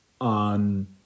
on